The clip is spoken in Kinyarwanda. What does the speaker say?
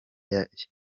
yashinzwe